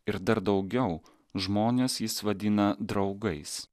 ir dar daugiau žmones jis vadina draugais